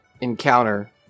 encounter